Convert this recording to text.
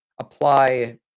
apply